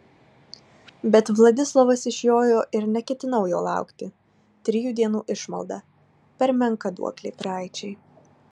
bet vladislovas išjojo ir neketinau jo laukti trijų dienų išmalda per menka duoklė praeičiai